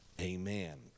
Amen